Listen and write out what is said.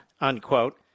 unquote